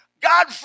God